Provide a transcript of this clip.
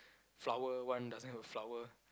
flower one doesn't have a flower